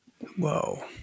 Whoa